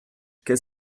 qu’est